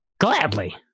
Gladly